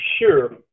sure